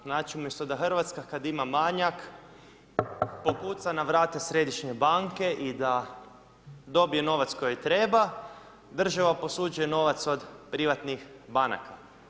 Znači, umjesto da RH kada ima manjak, pokuca na vrata Središnje banke i da dobije novac koji treba, država posuđuje novac od privatnih banaka.